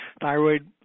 thyroid